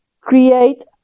create